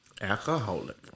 Alcoholic